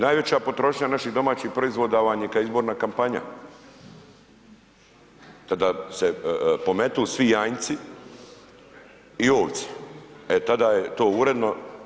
Najveća potrošnja naših domaćih proizvoda vam je ... izborna kampanja, da se pometu svi janjci i ovce e tada je to uredno.